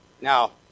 Now